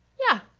yeah,